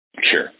Sure